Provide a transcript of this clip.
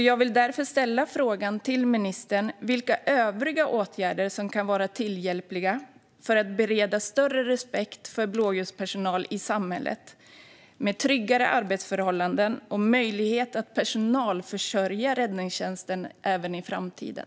Jag vill därför ställa denna fråga till ministern: Vilka övriga åtgärder kan vara till hjälp för att bereda större respekt för blåljuspersonal i samhället och ge tryggare arbetsförhållanden och möjlighet att personalförsörja räddningstjänsten även i framtiden?